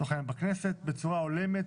בצורה הולמת,